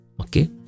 Okay